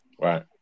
Right